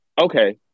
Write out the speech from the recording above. okay